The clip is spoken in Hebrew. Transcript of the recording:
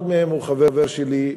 אחד מהם הוא חבר שלי,